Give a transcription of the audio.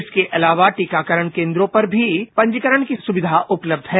इसके अलावा टीकाकरण केन्द्रों पर भी पंजीकरणकी सुविधा उपलब्ध है